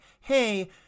hey